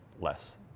less